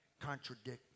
contradict